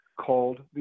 called